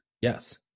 yes